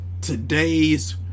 today's